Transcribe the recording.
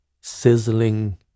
sizzling